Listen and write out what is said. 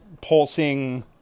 pulsing